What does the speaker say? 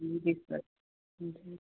जी जी सर हूँ